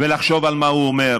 ולחשוב על מה הוא אומר